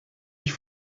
ich